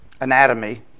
anatomy